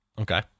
Okay